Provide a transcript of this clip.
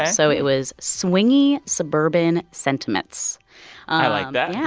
so it was swingy suburban sentiments i like that yeah